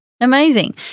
Amazing